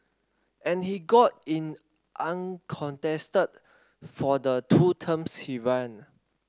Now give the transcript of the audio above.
and he got in uncontested for the two terms he ran